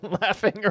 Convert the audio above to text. laughing